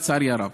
לצערי הרב.